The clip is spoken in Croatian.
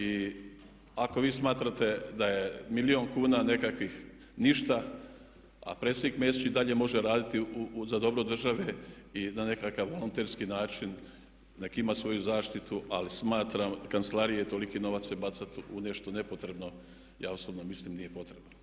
I ako vi smatrate da je milijun kuna nekakvih ništa, a predsjednik Mesić i dalje može raditi za dobro države i na nekakav volonterski način, nek' ima svoju zaštitu ali smatram kancelarije, toliki novac se bacat u nešto nepotrebno ja osobno mislim da nije potrebno.